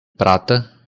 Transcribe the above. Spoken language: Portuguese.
prata